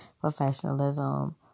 professionalism